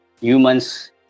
humans